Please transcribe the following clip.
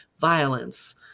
violence